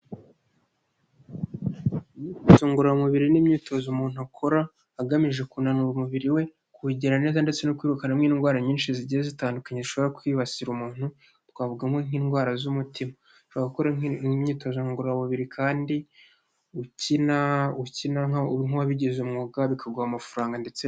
Imyitozo ngororamubiri n'imyitozo umuntu akora agamije kunanura umubiri we kuwugira neza ndetse no kwiyirukanamo indwara nyinshi zigiye zitandukanye zishobora kwibasira umuntu, twavugamo nk'indwara z'umutima ushobora gukora imyitozo ngororamubiri kandi ukina ukina nk'uwabigize umwuga bikaguha amafaranga ndetse...